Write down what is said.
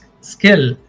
skill